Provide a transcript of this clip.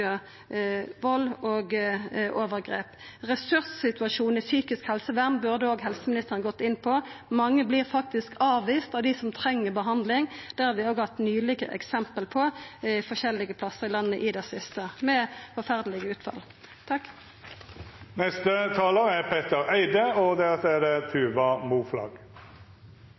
vald og overgrep. Ressurssituasjonen innan psykisk helsevern burde helseministeren òg gått inn på. Mange som treng behandling, vert faktisk avviste. Det har vi òg hatt nylege eksempel på i det siste, på forskjellige plassar i landet, med forferdelege utfall. Tusen takk til Kristelig Folkeparti, som har reist en veldig, veldig viktig sak. Jeg synes at det er